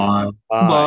Bye